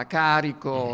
carico